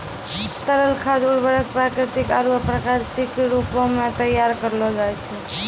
तरल खाद उर्वरक प्राकृतिक आरु अप्राकृतिक रूपो सें तैयार करलो जाय छै